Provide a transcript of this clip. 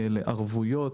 לערבויות.